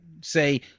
say